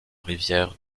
rivière